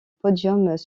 podiums